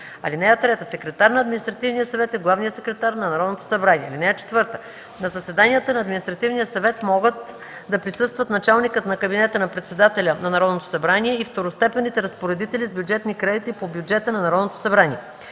замества. (3) Секретар на Административния съвет е главният секретар на Народното събрание. (4) На заседанията на Административния съвет могат да присъстват началникът на кабинета на председателя на Народното събрание и второстепенните разпоредители с бюджетни кредити по бюджета на Народното събрание.